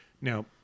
Now